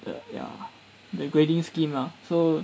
the ya the grading scheme are so